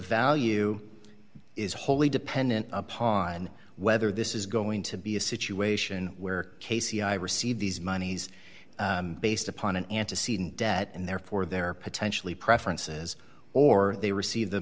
value is wholly dependent upon whether this is going to be a situation where casey i received these monies based upon an antecedent debt and therefore they're potentially preferences or they receive the